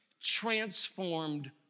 transformed